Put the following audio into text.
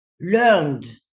learned